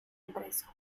impreso